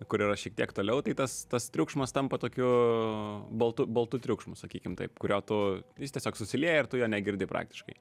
kur yra šiek tiek toliau tai tas tas triukšmas tampa tokiu baltu baltu triukšmu sakykim taip kurio tu jis tiesiog susilieja ir tu jo negirdi praktiškai